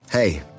Hey